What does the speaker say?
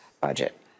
budget